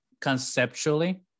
conceptually